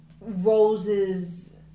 Rose's